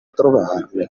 trovarne